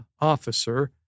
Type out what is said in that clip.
officer